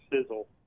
sizzle